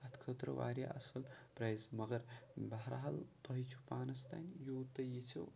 اَتھ خٲطرٕ واریاہ اَصٕل پرٛایِز مَگر بہرحال تۄہہِ چھُو پانَس تام یوٗت تُہۍ ییٚژھِو